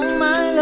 my